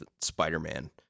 Spider-Man